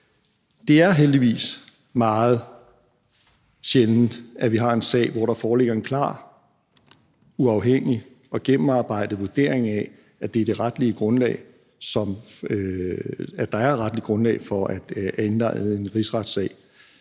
Det er heldigvis meget sjældent, at vi har en sag, hvor der foreligger en klar, uafhængig og gennemarbejdet vurdering af, at der er retligt grundlag for at indlede en rigsretssag.